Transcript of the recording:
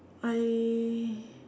I